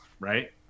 right